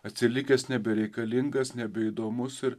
atsilikęs nebereikalingas nebeįdomus ir